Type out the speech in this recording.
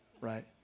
right